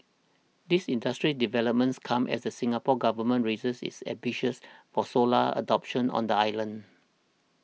these industry developments come as the Singapore Government raises its ambitions for solar adoption on the island